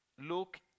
Look